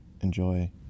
enjoy